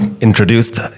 introduced